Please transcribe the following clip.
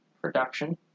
production